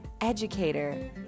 educator